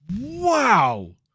Wow